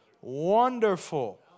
Wonderful